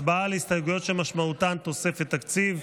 הצבעה על הסתייגויות שמשמעותן תוספת תקציב,